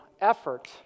effort